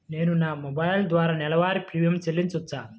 నేను నా మొబైల్ ద్వారా నెలవారీ ప్రీమియం చెల్లించవచ్చా?